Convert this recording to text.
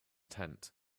tent